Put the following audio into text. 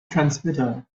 transmitter